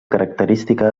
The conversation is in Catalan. característica